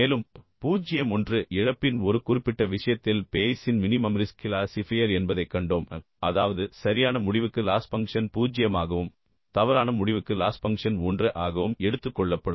மேலும் 0 1 இழப்பின் ஒரு குறிப்பிட்ட விஷயத்தில் பேய்ஸின் மினிமம் ரிஸ்க் கிளாசிஃபையர் என்பதைக் கண்டோம் அதாவது சரியான முடிவுக்கு லாஸ் பங்க்ஷன் 0 ஆகவும் தவறான முடிவுக்கு லாஸ் பங்க்ஷன் 1 ஆகவும் எடுத்துக் கொள்ளப்படும்